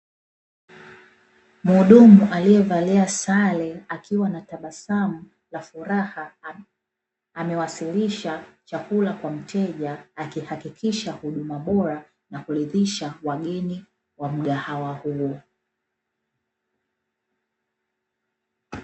Muhudumu aliyevalia sare akiwa na tabasamu na furaha, amewasilisha chakula kwa mteja akihakikisha huduma bora ya kuridhisha wageni wa mgahawa huo.